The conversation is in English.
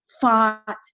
fought